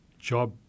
job